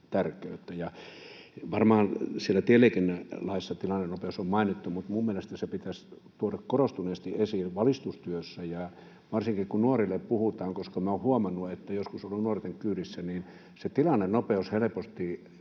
tärkeyttä. Varmaan siellä tieliikennelaissa tilannenopeus on mainittu, mutta minun mielestäni se pitäisi tuoda korostuneesti esiin valistustyössä ja varsinkin, kun nuorille puhutaan, koska olen huomannut — joskus olen ollut nuorten kyydissä — että se tilannenopeus helposti